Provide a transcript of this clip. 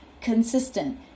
consistent